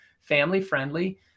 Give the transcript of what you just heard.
family-friendly